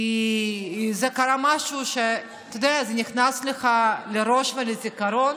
כי זה משהו שקורה ונכנס לך לראש ולזיכרון.